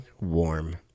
warm